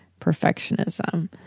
perfectionism